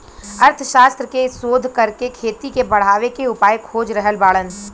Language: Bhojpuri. अर्थशास्त्र के शोध करके खेती के बढ़ावे के उपाय खोज रहल बाड़न